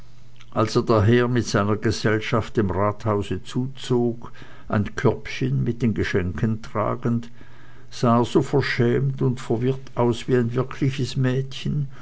als er daher mit seiner gesellschaft dem rathause zuzog ein körbchen mit den geschenken tragend sah er so verschämt und verwirrt aus wie ein wirkliches mädchen